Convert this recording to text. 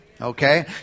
Okay